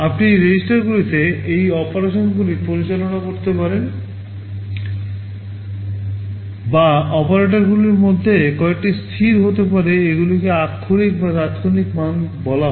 আপনি রেজিস্টারগুলিতে এই অপারেশনগুলি পরিচালনা করতে পারেন বা অপারেটরগুলির মধ্যে কয়েকটি স্থির হতে পারে এগুলিকে আক্ষরিক বা তাত্ক্ষণিক মান বলা হয়